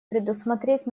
предусмотреть